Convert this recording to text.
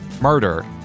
murder